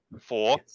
Four